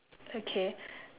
okay